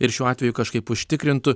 ir šiuo atveju kažkaip užtikrintų